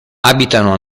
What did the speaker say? abitano